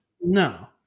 No